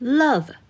love